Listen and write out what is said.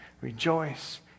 rejoice